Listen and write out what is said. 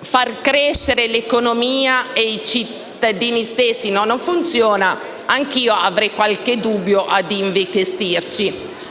far crescere l'economia e i cittadini stessi, potrebbero avere qualche dubbio sull'investirci.